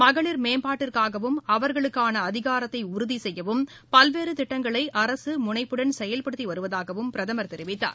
மகளிர் மேம்பாட்டிற்காகவும் அவர்களுக்கான அதிகாரத்தை உறுதி செய்யவும் பல்வேறு திட்டங்களை அரசு முனைப்புடன் செயல்படுத்தி வருவதாகவும் அவர் தெரிவித்தார்